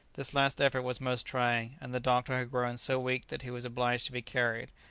this last effort was most trying, and the doctor had grown so weak that he was obliged to be carried,